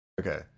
Okay